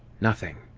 nothing.